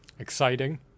Exciting